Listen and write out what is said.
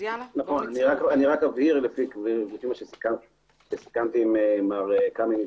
רק אבהיר לפי מה שסיכמתי עם מר קמינץ,